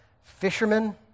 fishermen